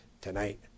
Tonight